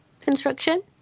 construction